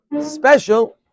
special